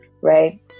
right